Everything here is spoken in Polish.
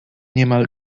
niemal